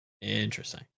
Interesting